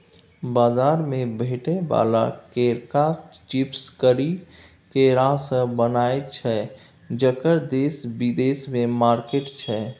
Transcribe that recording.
बजार मे भेटै बला केराक चिप्स करी केरासँ बनय छै जकर देश बिदेशमे मार्केट छै